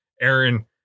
Aaron